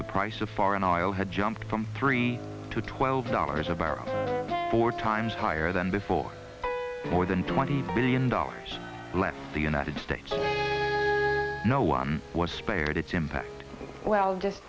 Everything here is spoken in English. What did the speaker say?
the price of foreign oil had jumped from three to twelve dollars a barrel four times higher than that for more than twenty billion dollars less the united states no one was spared its impact well just